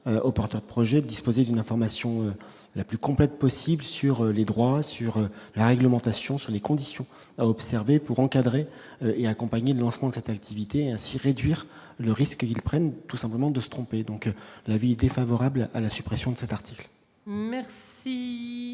aux porteurs de projets, disposer d'une information la plus complète possible sur les droits sur la réglementation sur les conditions à observer pour encadrer et accompagner de lancement de cette activité ainsi réduire le risque, ils prennent tout simplement de se tromper, donc l'avis défavorable à la suppression de cet article. Merci,